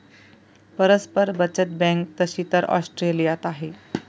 परस्पर बचत बँक तशी तर ऑस्ट्रेलियात आहे